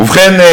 ובכן,